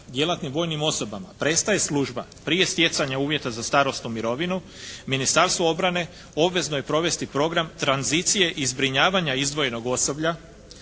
djelatnim vojnim osobama prestaje služba prije stjecanja uvjeta za starosnu mirovinu Ministarstvo obrane obvezno je provesti program tranzicije i zbrinjavanja izdvojenog osoblja